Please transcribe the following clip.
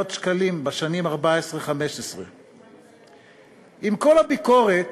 שקלים בשנים 2014 2015. עם כל הביקורת,